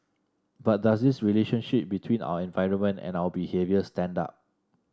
but does this relationship between our environment and our behaviour stand up